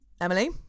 Emily